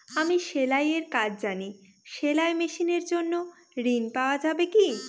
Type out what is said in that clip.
আমি সেলাই এর কাজ জানি সেলাই মেশিনের জন্য ঋণ পাওয়া যাবে কি?